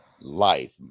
life